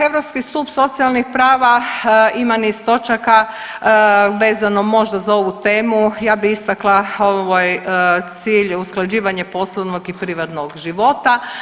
Europski stup socijalnih prava ima niz točaka vezano možda za ovu temu, ja bi istakla ovaj cilj usklađivanje poslovnog i privatnog života.